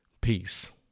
peace